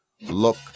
look